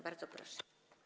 Bardzo proszę.